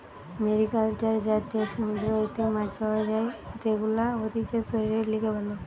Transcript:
mariculture যাতে সমুদ্র হইতে মাছ পাওয়া যাই, সেগুলা হতিছে শরীরের লিগে ভালো